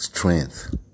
Strength